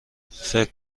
فکر